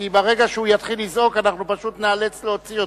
אחרת ניאלץ להוציא אותו.